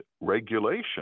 regulation